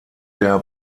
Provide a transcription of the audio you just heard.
der